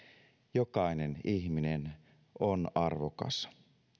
jokainen ihminen on arvokas